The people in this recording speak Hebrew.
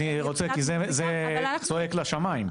זה צועק לשמיים.